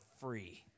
free